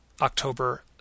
October